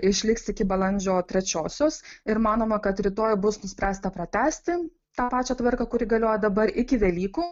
išliks iki balandžio trečiosios ir manoma kad rytoj bus nuspręsta pratęsti tą pačią tvarką kuri galioja dabar iki velykų